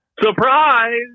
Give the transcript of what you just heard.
Surprise